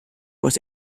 was